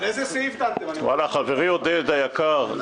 איזה סעיף --- חברי עודד היקר,